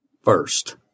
first